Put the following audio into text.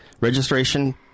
registration